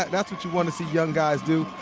that's what you want to see young guys do.